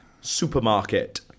supermarket